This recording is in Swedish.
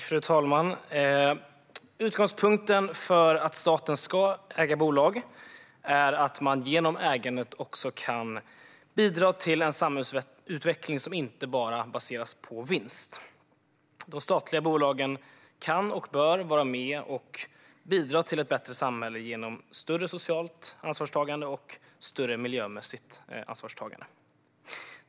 Fru talman! Utgångspunkten för att staten ska äga bolag är att man genom ägandet kan bidra till en samhällsutveckling som inte bara baseras på vinst. De statliga bolagen kan och bör vara med och bidra till ett bättre samhälle genom större socialt och miljömässigt ansvarstagande.